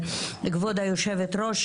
כבוד היושבת-ראש,